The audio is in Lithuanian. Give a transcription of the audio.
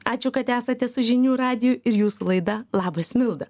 ačiū kad esate su žinių radiju ir jūsų laida labas milda